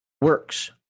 works